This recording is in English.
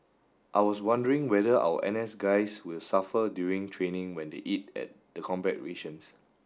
I was wondering whether our N S guys will suffer during training when they eat at the combat rations